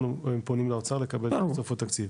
אנחנו פונים לאוצר לקבל תוספות תקציב,